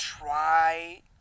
try